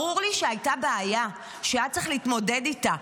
ברור לי שהייתה בעיה שהיה צריך להתמודד איתה,